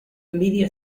envidia